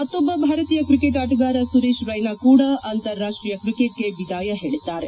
ಮತ್ತೊಬ್ಲ ಭಾರತೀಯ ಕ್ರಿಕೆಟ್ ಆಟಗಾರ ಸುರೇಶ್ ರೈನಾ ಕೂಡ ಅಂತಾರಾಷ್ಷೀಯ ಕ್ರಿಕೆಟ್ಗೆ ವಿಧಾಯ ಹೇಳಿದ್ದಾರೆ